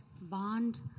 bond